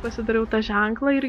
pasidariau tą ženklą ir